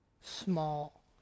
small